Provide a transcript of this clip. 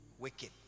wicked